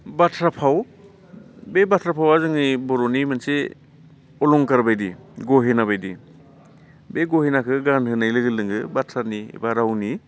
बाथ्रा फाव बे बाथ्रा फावआ जोंनि बर'नि मोनसे अलंकार बायदि गहेना बायदि बे गहेनाखो गानहोनाय लोगो लोगो बाथ्रानि बा रावनि